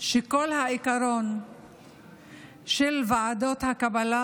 שכל העיקרון של ועדות הקבלה